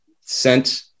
sent